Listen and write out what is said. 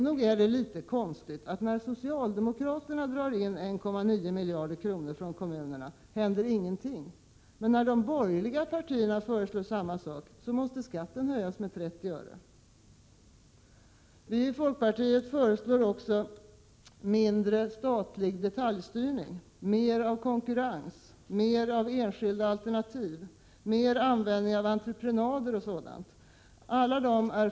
Nog är det litet konstigt att när socialdemokraterna drar in 1,8 miljarder kronor från kommunerna händer ingenting, men när de borgerliga partierna gör samma sak måste skatten höjas med 30 öre. Folkpartiet föreslår också mindre statlig detaljstyrning, mer av konkurrens och enskilda alternativ, mer användning av entreprenader etc.